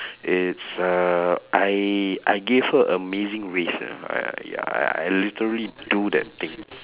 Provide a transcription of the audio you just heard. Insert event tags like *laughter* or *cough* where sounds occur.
*breath* it's uh I I gave her amazing race uh uh ya I I literally do that thing *breath*